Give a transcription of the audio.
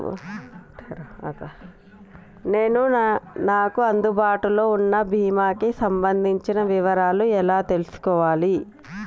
నేను నాకు అందుబాటులో ఉన్న బీమా కి సంబంధించిన వివరాలు ఎలా తెలుసుకోవాలి?